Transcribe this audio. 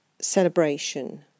celebration